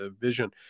vision